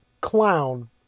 clown